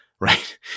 Right